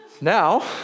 Now